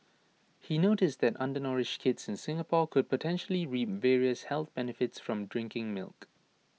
he noticed that undernourished kids in Singapore could potentially reap various health benefits from drinking milk